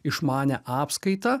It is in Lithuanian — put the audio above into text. išmanią apskaitą